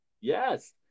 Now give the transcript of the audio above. Yes